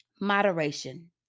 moderation